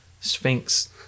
Sphinx